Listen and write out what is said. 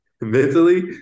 mentally